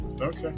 Okay